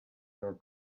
your